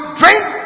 drink